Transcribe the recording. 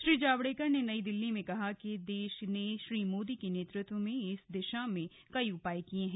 श्री जावडेकर ने नई दिल्ली में कहा कि देश ने श्री मोदी के नेतृत्व में इस दिशा में कई उपाय किये हैं